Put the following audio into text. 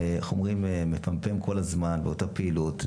איך אומרים מפמפם כל הזמן באותה פעילות,